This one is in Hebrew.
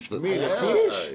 לתת לקיש?